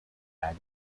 are